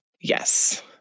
Yes